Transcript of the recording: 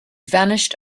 vanished